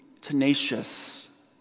tenacious